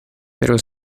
pero